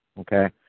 okay